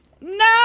No